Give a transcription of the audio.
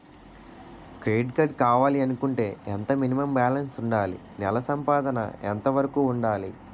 Credit card కావాలి అనుకుంటే ఎంత మినిమం బాలన్స్ వుందాలి? నెల సంపాదన ఎంతవరకు వుండాలి?